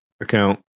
account